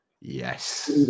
yes